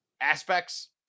aspects